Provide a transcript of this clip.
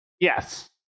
Yes